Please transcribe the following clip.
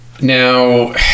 now